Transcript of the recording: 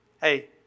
hey